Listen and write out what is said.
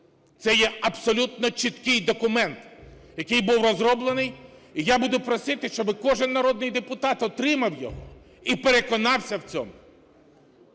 Це є абсолютно чіткий документ, який був розроблений, і я буду просити, щоб кожен народний депутат отримав його і переконався в цьому.